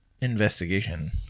Investigation